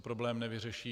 Problém se nevyřeší.